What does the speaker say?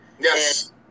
Yes